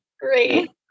Great